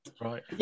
right